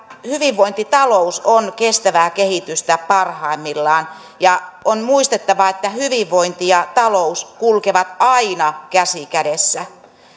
hyvinvointitalous on kestävää kehitystä parhaimmillaan ja on muistettava että hyvinvointi ja talous kulkevat aina käsi kädessä